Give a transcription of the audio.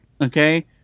okay